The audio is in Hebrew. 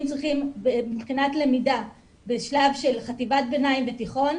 צריכים מבחינת למידה בשלב של חטיבת ביניים ותיכון,